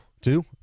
two